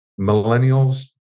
millennials